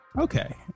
Okay